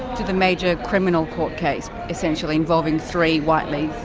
to the major criminal court case essentially involving three whiteleys.